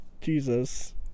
Jesus